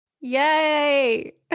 Yay